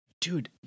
Dude